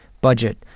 budget